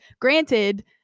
Granted